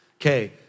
Okay